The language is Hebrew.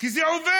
כי זה עובר.